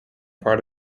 part